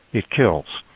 it kills.